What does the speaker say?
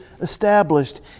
established